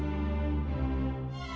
who